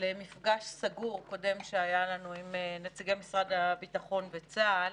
למפגש סגור קודם שהיה לנו עם נציגי משרד הביטחון וצה"ל,